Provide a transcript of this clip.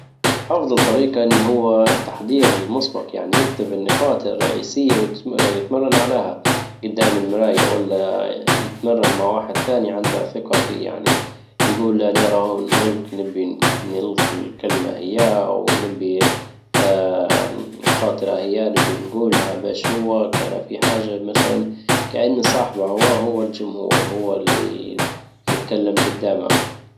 افضل طريقة ان هو التحضير المسبق يعني يكتب النقاط الرئيسية ويتـ- يتمرن عليها جدام المراية ولا يتمرن مع واحد تاني عنده ثقة فيه يعني. يجول لا ليرة هون نلقي- نلقى الكلمة اياها ونبي الخاطرة هي نبي نجولها باش هو كان في حاجة مثلا كأن صاحبه هو هو الجمهور هو اللي يتكلم جدامه.